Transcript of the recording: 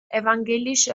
evangelisch